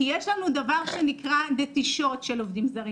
כי יש לנו דבר שנקרא נטישות של עובדים זרים